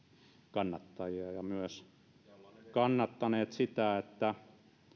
kannattajia ja myös kannattaneet sitä että